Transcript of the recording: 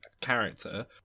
character